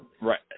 Right